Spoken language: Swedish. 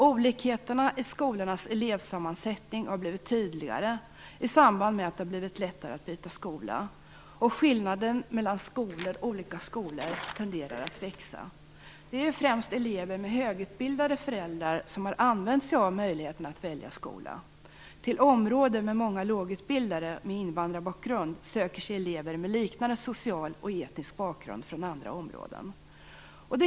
Olikheterna i skolornas elevsammansättning har blivit tydligare i samband med att det har blivit lättare att byta skola, och skillnaden mellan olika skolor tenderar att växa. Det är främst elever med högutbildade föräldrar som har använt sig av möjligheten att välja skola. Till områden med många lågutbildade med invandrarbakgrund söker sig elever med liknande social och etisk bakgrund från andra områden.